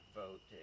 vote